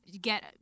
get